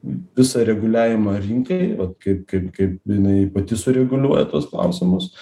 visą reguliavimą rinkai vat kaip kaip kaip jinai pati sureguliuoja tuos klausimus